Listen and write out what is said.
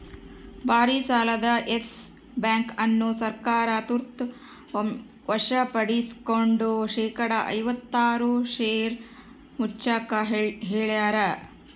ಭಾರಿಸಾಲದ Yes Bank ಅನ್ನು ಸರ್ಕಾರ ತುರ್ತ ವಶಪಡಿಸ್ಕೆಂಡು ಶೇಕಡಾ ಐವತ್ತಾರು ಷೇರು ಮುಚ್ಚಾಕ ಹೇಳ್ಯಾರ